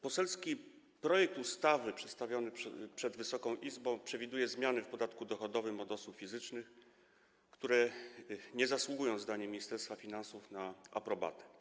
Poselski projekt ustawy przedstawiony przed Wysoką Izbą przewiduje zmiany w podatku dochodowym od osób fizycznych, które nie zasługują zdaniem Ministerstwa Finansów na aprobatę.